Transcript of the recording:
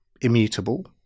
immutable